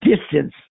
distance